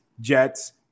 Jets